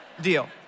deal